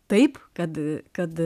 taip kad kad